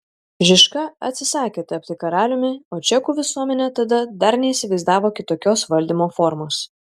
žižka atsisakė tapti karaliumi o čekų visuomenė tada dar neįsivaizdavo kitokios valdymo formos